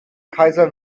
kaiser